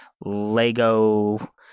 Lego